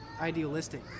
idealistic